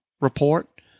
report